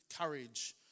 courage